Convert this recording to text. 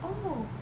oh